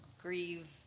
grieve